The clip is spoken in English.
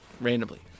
randomly